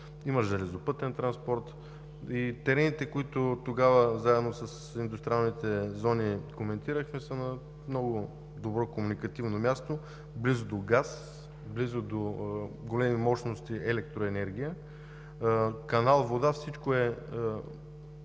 има железопътен транспорт и терените, които тогава коментирахме, заедно с индустриалните зони са на много добро комуникативно място – близо до газ, близо до големи мощности електроенергия, канал, вода, всичко е